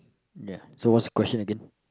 ya so what's question again